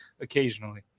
occasionally